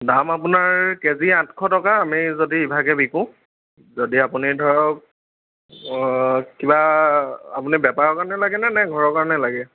দাম আপোনাৰ কেজি আঠশ টকা আমি যদি ইভাগে বিকো যদি আপুনি ধৰক অঁ কিবা আপুনি বেপাৰৰ কাৰণে লাগেনে ঘৰৰ কাৰণে লাগে